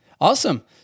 Awesome